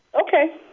Okay